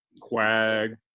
Quag